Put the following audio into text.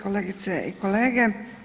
Kolegice i kolege.